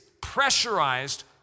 pressurized